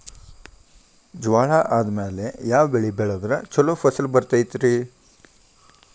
ಜ್ವಾಳಾ ಆದ್ಮೇಲ ಯಾವ ಬೆಳೆ ಬೆಳೆದ್ರ ಛಲೋ ಫಸಲ್ ಬರತೈತ್ರಿ?